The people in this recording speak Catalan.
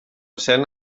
cent